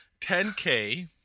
10K